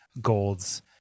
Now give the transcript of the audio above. golds